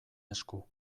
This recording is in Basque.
esku